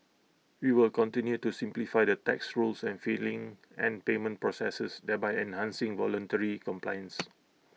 we will continue to simplify the tax rules and filing and payment processes thereby enhancing voluntary compliance